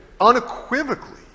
unequivocally